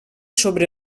sobre